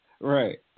Right